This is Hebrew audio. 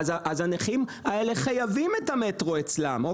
אז הנכים האלה חייבים את המטרו אצלם.